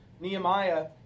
Nehemiah